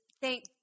thank